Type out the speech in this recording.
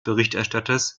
berichterstatters